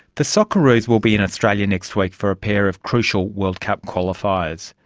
the socceroos will be in australia next week for a pair of crucial world cup qualifiers,